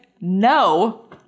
no